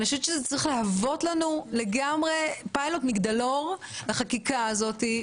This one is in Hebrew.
זה צריך להוות לנו לגמרי פיילוט שהוא מגדלור לחקיקה הזאת.